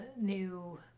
new